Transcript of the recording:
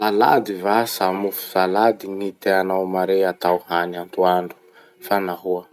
Salady va sa mofo salady gny tianao mare hatao hany atoandro? Fa nahoa?